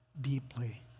deeply